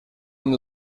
amb